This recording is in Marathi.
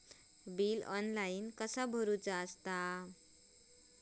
बिल ऑनलाइन कसा भरायचा?